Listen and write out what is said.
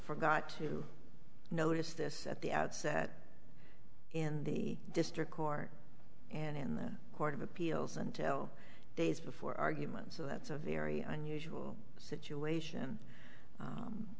forgot to notice this at the outset in the district court and in the court of appeals until days before arguments so that's a very unusual situation